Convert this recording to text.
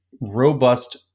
robust